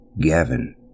Gavin